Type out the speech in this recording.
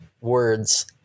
words